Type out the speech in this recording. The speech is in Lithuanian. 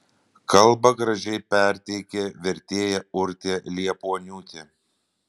kalbą gražiai perteikė vertėja urtė liepuoniūtė